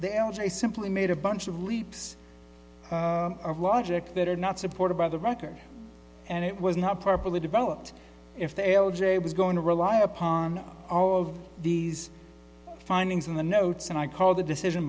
they are they simply made a bunch of leaps of logic that are not supported by the record and it was not properly developed if they l j was going to rely upon all of these findings in the notes and i call the decision